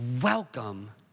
welcome